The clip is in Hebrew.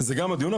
זה גם הדיון.